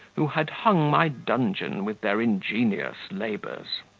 who had hung my dungeon with their ingenious labours.